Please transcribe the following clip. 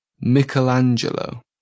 Michelangelo